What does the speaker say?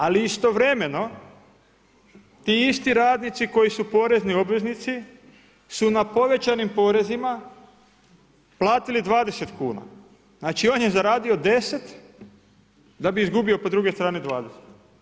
Ali istovremeno ti isti radnici koji su porezni obveznici su na povećanim porezima platili 20 kuna, znači on je zaradio 10 da bi izgubio po drugoj strani 20.